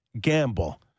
gamble